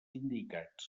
indicats